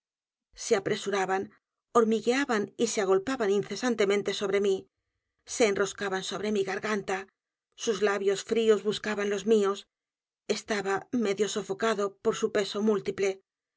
se apresuraban hormigueaban y se agolpaban incesantemente sobre m í se enroscaban sobre mi g a r g a n t a sus labios fríos buscaban los m í o s estaba medio sofocado por su peso